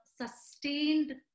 sustained